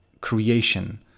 Creation